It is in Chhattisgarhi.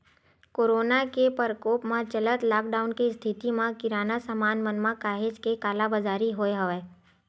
कोरोना के परकोप के चलत लॉकडाउन के इस्थिति म किराना समान मन म काहेच के कालाबजारी होय हवय